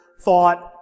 thought